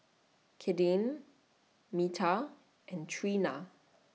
Kadyn Minta and Treena